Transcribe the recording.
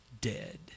dead